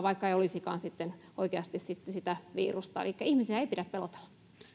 vaikka ei olisikaan oikeasti sitä virusta elikkä ihmisiä ei pidä pelotella